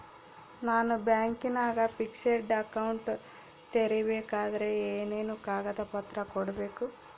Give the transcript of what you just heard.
ನಾನು ಬ್ಯಾಂಕಿನಾಗ fixed account ತೆರಿಬೇಕಾದರೆ ಏನೇನು ಕಾಗದ ಪತ್ರ ಕೊಡ್ಬೇಕು?